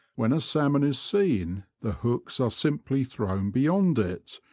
when a salmon is seen the hooks are simply thrown beyond it,